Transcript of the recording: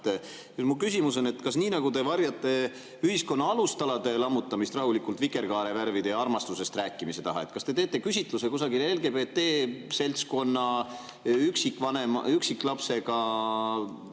Mu küsimus on, et kas nii nagu te varjate ühiskonna alustalade lammutamist rahulikult vikerkaarevärvide ja armastusest rääkimise taha, kas te teete küsitluse kusagil LGBT-seltskonna, üksiklapsega